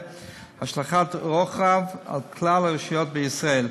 המהווה השלכת רוחב על כלל הרשויות בישראל.